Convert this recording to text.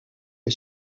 que